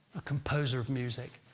a composer of music,